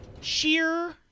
sheer